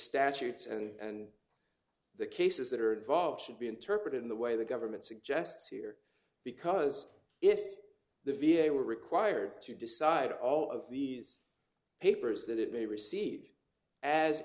statutes and the cases that are involved should be interpreted in the way the government suggests here because if the v a were required to decide all of these papers that it may receive as